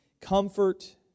comfort